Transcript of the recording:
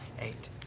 eight